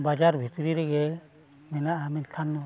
ᱵᱟᱡᱟᱨ ᱵᱷᱤᱛᱨᱤ ᱨᱮᱜᱮ ᱢᱮᱱᱟᱜᱼᱟ ᱢᱮᱱᱠᱷᱟᱱ